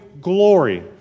glory